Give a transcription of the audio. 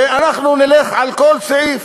ואנחנו נלך על כל סעיף: